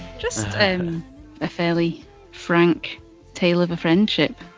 just a fairly frank tale of a friendship,